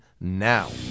now